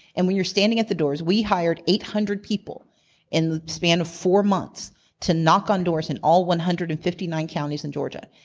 and when you're standing at the doors, we hired eight hundred people in the span of four months to knock on doors in all one hundred and fifty nine counties in georgia.